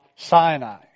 Sinai